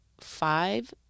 five